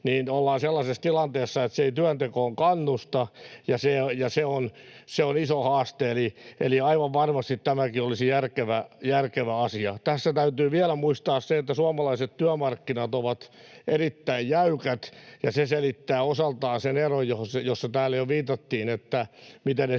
— ja ollaan sellaisessa tilanteessa, että se ei työntekoon kannusta, ja se on iso haaste. Eli aivan varmasti tämäkin olisi järkevä asia. Tässä täytyy vielä muistaa se, että suomalaiset työmarkkinat ovat erittäin jäykät. Se selittää osaltaan sen eron, johon täällä viitattiin, miten